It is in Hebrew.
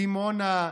דימונה,